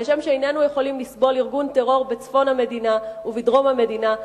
כשם שאיננו יכולים לסבול ארגון טרור בצפון המדינה ובדרום המדינה,